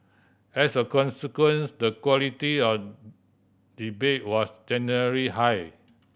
as a consequence the quality of debate was generally high